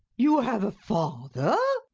you have a father?